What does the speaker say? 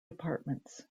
departments